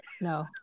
No